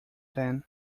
then